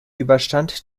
überstand